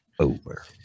Over